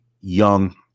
young